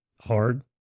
hard